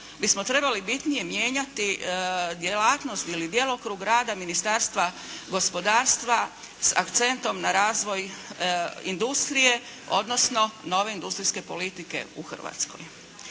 bismo trebali bitnije mijenjati djelatnost ili djelokrug rada Ministarstva gospodarstva s akcentom na razvoj industrije odnosno nove industrijske politike u Hrvatskoj.